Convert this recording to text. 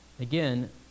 Again